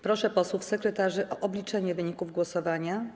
Proszę posłów sekretarzy o obliczenie wyników głosowania.